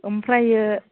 ओमफ्राय